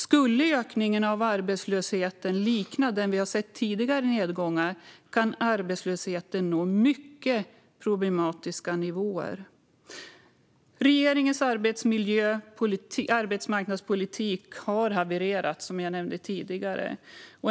Skulle ökningen av arbetslösheten likna den vi har sett i tidigare nedgångar kan arbetslösheten nå mycket problematiska nivåer. Regeringens arbetsmarknadspolitik har havererat, som jag nämnde tidigare.